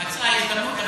מצאה הזדמנות,